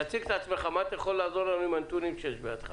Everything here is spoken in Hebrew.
מה אתה יכול לעזור לנו עם הנתונים שיש בידך?